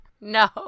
no